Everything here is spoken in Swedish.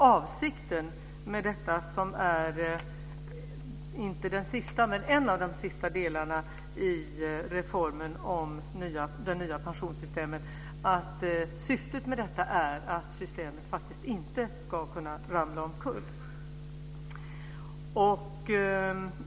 Avsikten med detta - som är inte den sista men en av de sista delarna i reformen av det nya pensionssystemet - är att systemet faktiskt inte ska kunna ramla omkull.